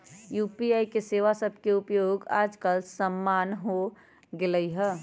UPI सेवा सभके उपयोग याजकाल सामान्य हो गेल हइ